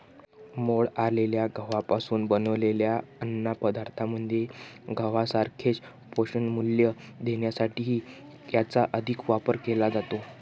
मोड आलेल्या गव्हापासून बनवलेल्या अन्नपदार्थांमध्ये गव्हासारखेच पोषणमूल्य देण्यासाठीही याचा अधिक वापर केला जातो